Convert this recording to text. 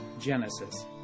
Genesis